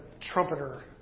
trumpeter